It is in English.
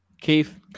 Keith